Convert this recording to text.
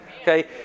Okay